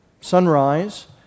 sunrise